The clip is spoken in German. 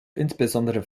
insbesondere